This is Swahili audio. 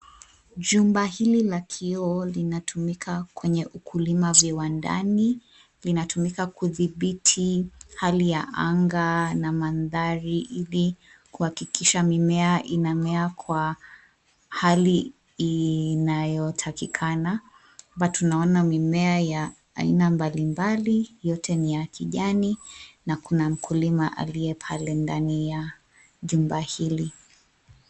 Jumba hili la kioo linatumika kwenye ukulima viwandani, linatumika kudhibiti, hali ya anga na mandhari ili, kuhakikisha mimea inamea kwa, hali, inayotakikana, hapa tunaona mimea ya, aina mbali mbali yote ni ya kijani, na kuna mkulima aliye pale ndani ya, jumba hili.